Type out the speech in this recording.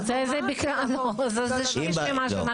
לא, זה שליש ממה שאנחנו רוצים.